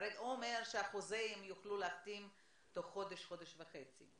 הוא אומר שהם יוכלו להחתים על חוזה הארכה תוך חודש-חודש וחצי.